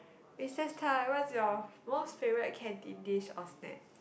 recess time what is your most favourite canteen dish or snack